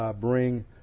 Bring